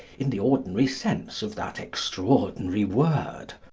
in the ordinary sense of that extraordinary word.